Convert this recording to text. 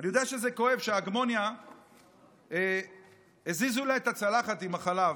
אני יודע שזה כואב שהזיזו להגמוניה את הצלחת עם החלב,